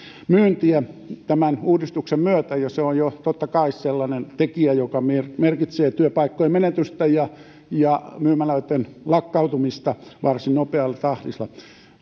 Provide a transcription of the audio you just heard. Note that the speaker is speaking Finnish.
myyntiin tämän uudistuksen myötä ja se on jo totta kai sellainen tekijä joka merkitsee työpaikkojen menetystä ja ja myymälöitten lakkautumista varsin nopealla tahdilla